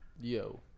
Yo